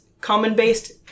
common-based